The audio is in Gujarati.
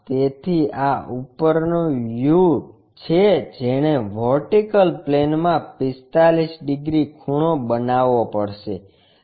તેથી આ ઉપરનું વ્યુ છે જેણે વર્ટિકલ પ્લેનમાં 45 ડિગ્રી ખૂણો બનાવવો પડશે